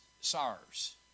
SARS